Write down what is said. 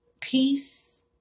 Peace